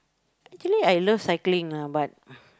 actually I love cycling ah but